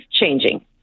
changing